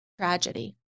tragedy